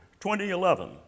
2011